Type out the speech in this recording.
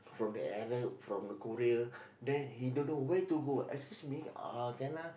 from the Arab from the Korea then he don't know where to go excuse me uh can I